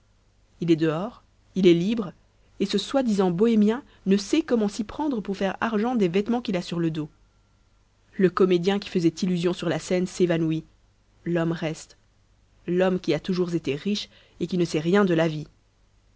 il est dehors il est libre et ce soi-disant bohémien ne sait comment s'y prendre pour faire argent des vêtements qu'il a sur le dos le comédien qui faisait illusion sur la scène s'évanouit l'homme reste l'homme qui a toujours été riche et qui ne sait rien de la vie